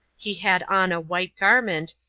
he had on a white garment,